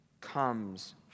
comes